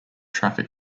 traffic